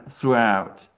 throughout